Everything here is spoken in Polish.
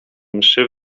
mszy